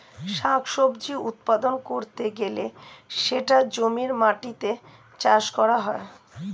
শাক সবজি উৎপাদন করতে গেলে সেটা জমির মাটিতে চাষ করা হয়